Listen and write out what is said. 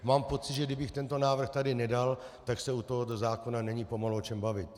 Mám pocit, že kdybych tento návrh tady nedal, tak se u tohoto zákona není pomalu o čem bavit.